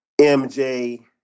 MJ